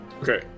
Okay